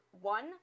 One